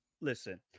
Listen